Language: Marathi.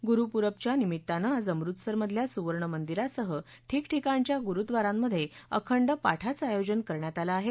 गुरुपुरबच्या निमित्तानं आज अमृतसर मधल्या सुवर्णमंदिरासह ठिकठिकाणच्या गुरुद्वारांमध्ये अखंड पाठाचं आयोजन करण्यात आलं आहे